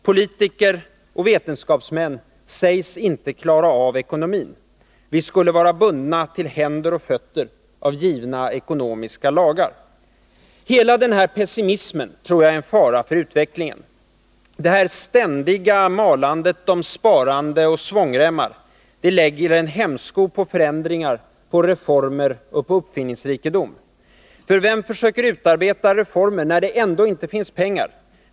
Politiker och vetenskapsmän sägs inte klara av ekonomin. Vi skulle vara bundna till händer och fötter av givna ekonomiska lagar. Hela denna pessimism är en fara för utvecklingen. Detta ständiga malande om sparande och svångremmar blir en hämsko på förändringar, reformer och uppfinningsrikedom. Vem försöker utarbeta reformer när det ändå inte finns pengar?